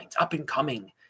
up-and-coming